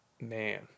Man